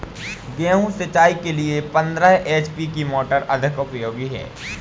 गेहूँ सिंचाई के लिए पंद्रह एच.पी की मोटर अधिक उपयोगी है?